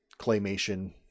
claymation